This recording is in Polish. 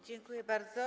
Dziękuję bardzo.